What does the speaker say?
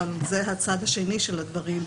וזה הצד השני של הדברים,